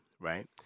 right